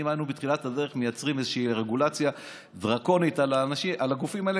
אם בתחילת הדרך מייצרים איזו רגולציה דרקונית על הגופים האלה,